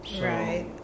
Right